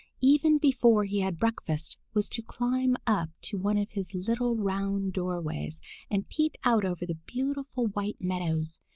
even before he had breakfast, was to climb up to one of his little round doorways and peep out over the beautiful white meadows,